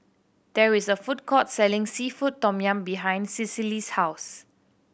there is a food court selling seafood tom yum behind Cecily's house